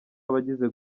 abagize